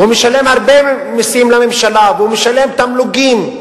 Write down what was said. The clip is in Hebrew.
והוא משלם הרבה מסים לממשלה והוא משלם תמלוגים.